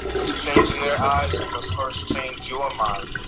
but the change in their eyes, must first change your mind.